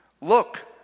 look